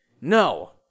No